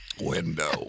window